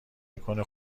میکنه